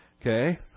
Okay